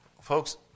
Folks